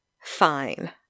fine